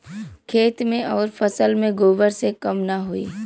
खेत मे अउर फसल मे गोबर से कम ना होई?